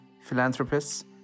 philanthropists